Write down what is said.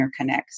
interconnects